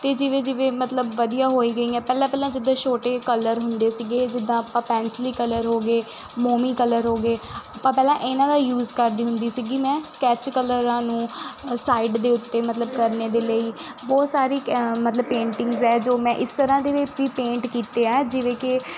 ਅਤੇ ਜਿਵੇਂ ਜਿਵੇਂ ਮਤਲਬ ਵਧੀਆ ਹੋਈ ਗਈਆਂ ਪਹਿਲਾਂ ਪਹਿਲਾਂ ਜਿੱਦਾਂ ਛੋਟੇ ਕਲਰ ਹੁੰਦੇ ਸੀਗੇ ਜਿੱਦਾਂ ਆਪਾਂ ਪੈਨਸਲੀ ਕਲਰ ਹੋ ਗਏ ਮੋਮੀ ਕਲਰ ਹੋ ਗਏ ਆਪਾਂ ਪਹਿਲਾਂ ਇਹਨਾਂ ਦਾ ਯੂਜ਼ ਕਰਦੀ ਹੁੰਦੀ ਸੀਗੀ ਮੈਂ ਸਕੈਚ ਕਲਰਾਂ ਨੂੰ ਸਾਈਡ ਦੇ ਉੱਤੇ ਮਤਲਬ ਕਰਨੇ ਦੇ ਲਈ ਬਹੁਤ ਸਾਰੀ ਮਤਲਬ ਪੇਂਟਿੰਗਸ ਹੈ ਜੋ ਮੈਂ ਇਸ ਤਰ੍ਹਾਂ ਦੇ ਪੇਂਟ ਕੀਤੇ ਆ ਜਿਵੇਂ ਕਿ